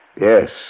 Yes